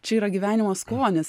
čia yra gyvenimo skonis